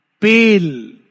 Pale